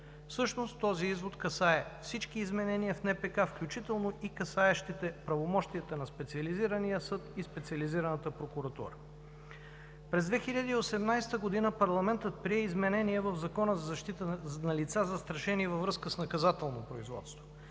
Всъщност този извод касае всички изменения в НПК, включително и касаещите правомощията на Специализирания съд и Специализираната прокуратура. През 2018 г. парламентът прие изменение в Закона за защита на лица, застрашени във връзка с наказателно производство.